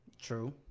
True